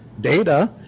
data